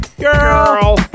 girl